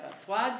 froide